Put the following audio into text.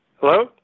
Hello